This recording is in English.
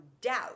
doubt